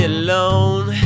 alone